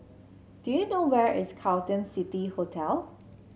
do you know where is Carlton City Hotel